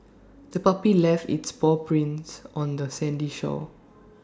the puppy left its paw prints on the sandy shore